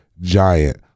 giant